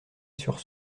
sur